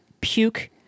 puke-